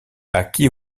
acquis